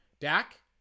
Dak